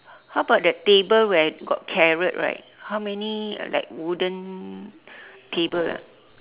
how about that table where got carrot right how many like wooden table ah